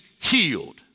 healed